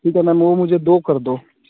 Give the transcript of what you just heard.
ठीक है मैम वह मुझे दो कर दो